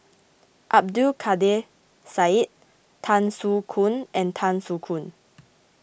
Abdul Kadir Syed Tan Soo Khoon and Tan Soo Khoon